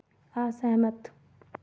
असहमत